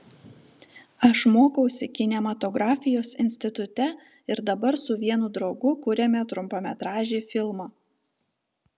aš mokausi kinematografijos institute ir dabar su vienu draugu kuriame trumpametražį filmą